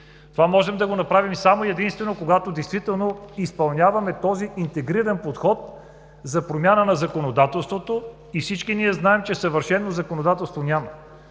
Това можем да го направим само и единствено, когато изпълняваме този интегриран подход за промяна на законодателството. Всички ние знаем, че съвършено законодателство няма.